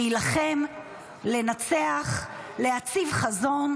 להילחם, לנצח, להציב חזון,